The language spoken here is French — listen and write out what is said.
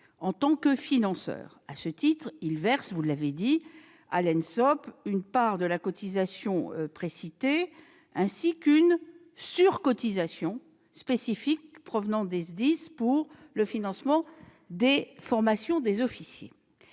en tant que financeur. À ce titre, le Centre verse à l'ENSOSP une part de la cotisation précitée, ainsi qu'une sur-cotisation spécifique provenant des SDIS pour le financement des formations des officiers.